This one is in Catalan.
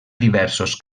diversos